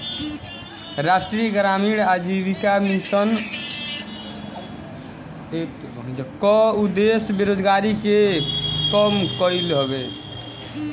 राष्ट्रीय ग्रामीण आजीविका मिशन कअ उद्देश्य बेरोजारी के कम कईल हवे